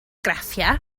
graffiau